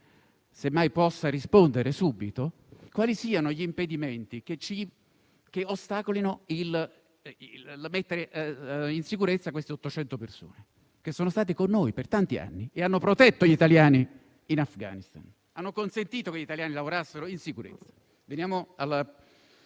semmai possa rispondere subito - quali siano gli impedimenti che ostacolano la messa in sicurezza delle 800 persone, che sono state con noi per tanti anni e hanno protetto gli italiani in Afghanistan. Hanno consentito che gli italiani lavorassero in sicurezza.